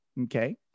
Okay